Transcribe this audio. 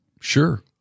Sure